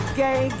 gay